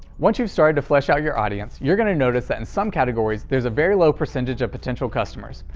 once you've started to flesh out your audience, you're gonna notice that in some categories there's a very low percentage of potential customers.